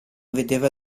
vedeva